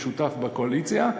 כשותף בקואליציה,